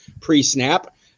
pre-snap